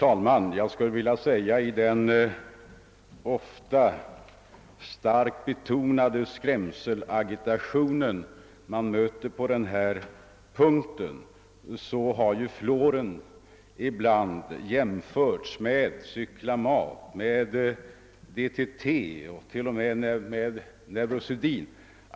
Herr talman! I den ofta starkt betonade skrämselagitation som man möter på detta område har fluoren ibland jämföris med cyklamat, DDT och t.o.m. neurosedyn.